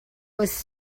was